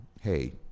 Hey